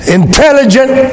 intelligent